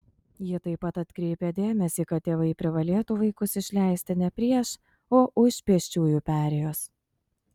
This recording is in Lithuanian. ji taip pat atkreipė dėmesį kad tėvai privalėtų vaikus išleisti ne prieš o už pėsčiųjų perėjos